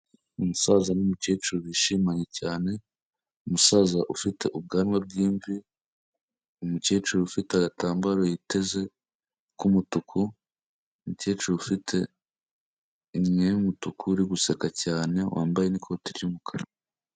Umusaza n'umukecuru bishimanye cyane, umusaza ufite ubwanwa bw'imvi, umukecuru ufite agatambaro yiteze k'umutuku, umukecuru ufite inyinya y'umutuku uri gusaka cyane wambaye n'ikoti ry'umukara.